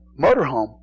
motorhome